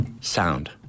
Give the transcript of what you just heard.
sound